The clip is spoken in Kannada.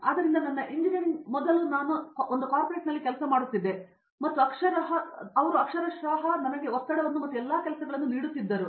ಆದ್ದರಿಂದ ನನ್ನ ಎಂಜಿನಿಯರಿಂಗ್ ಮೊದಲು ನಾನು ಕಾರ್ಪೋರೆಟ್ನಲ್ಲಿ ಕೆಲಸ ಮಾಡುತ್ತಿದ್ದೆ ಮತ್ತು ಅವರು ಅಕ್ಷರಶಃ ನನಗೆ ಒತ್ತಡವನ್ನು ಮತ್ತು ಎಲ್ಲ ಕೆಲಸಗಳನ್ನು ನೀಡುತ್ತಿದ್ದರು